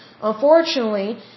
Unfortunately